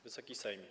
Wysoki Sejmie!